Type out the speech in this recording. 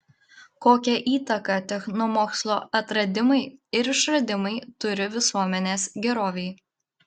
kokią įtaką technomokslo atradimai ir išradimai turi visuomenės gerovei